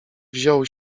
wziął